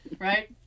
Right